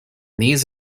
these